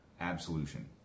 Absolution